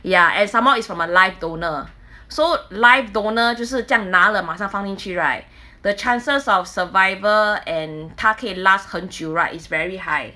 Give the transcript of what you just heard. ya and some more is from a live donor so live donor 就是这样拿了马上放进去 right the chances of survival and 它可以 last 很久 right is very high